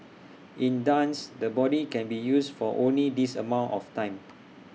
in dance the body can be used for only this amount of time